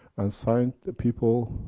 assigned the people.